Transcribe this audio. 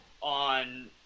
on